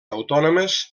autònomes